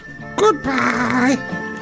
goodbye